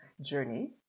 journey